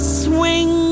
swing